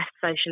social